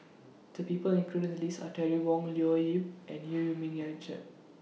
The People included in The list Are Terry Wong Leo Yip and EU Yee Ming Richard